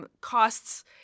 Costs